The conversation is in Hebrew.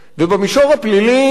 ובמישור הפלילי,